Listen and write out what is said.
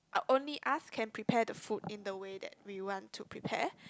only us can prepare the food in the way that we want to prepare